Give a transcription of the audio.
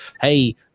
Hey